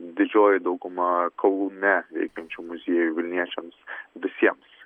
didžioji dauguma kaune veikiančių muziejų vilniečiams visiems